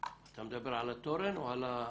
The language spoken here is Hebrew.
אתה מדבר על התורן או על הפאנלים?